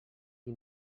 qui